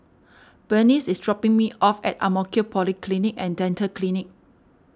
Bernice is dropping me off at Ang Mo Kio Polyclinic and Dental Clinic